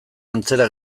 antzera